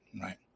Right